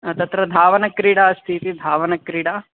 तत्र धावनक्रीडा अस्तीति धावनक्रीडा